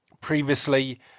previously